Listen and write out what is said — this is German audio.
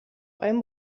beim